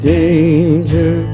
danger